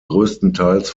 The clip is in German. größtenteils